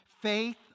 faith